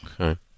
Okay